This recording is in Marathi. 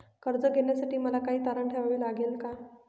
कर्ज घेण्यासाठी मला काही तारण ठेवावे लागेल का?